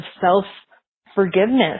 self-forgiveness